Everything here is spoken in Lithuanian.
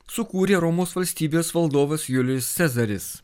sukūrė romos valstybės valdovas julijus cezaris